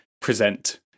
present